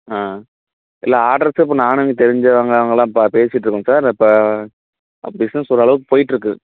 ஆ இல்லை ஆடர்ஸ் இப்போ நானும் இங்கே தெரிஞ்சவங்க அவங்களாம் பா பேசிட்டுருக்கோம் சார் இப்போ பிஸ்னஸ் ஓரளவுக்கு போயிட்டுருக்கு